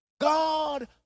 God